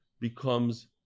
becomes